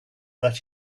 that